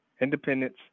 independence